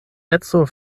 edzo